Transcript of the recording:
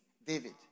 David